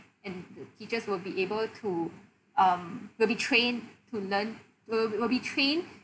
in th~ teachers will be able to um will be trained to learn w~ w~ will be trained